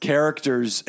characters